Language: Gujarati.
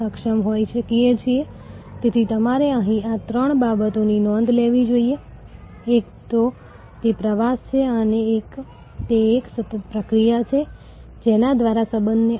આ તબક્કે હું એ નિર્દેશ કરવા માંગુ છું કે આ સંબંધ જૂની કંપનીઓ કરતાં નાની કંપનીઓ માટે સ્ટાર્ટઅપ્સ માટે વધુ મહત્વપૂર્ણ છે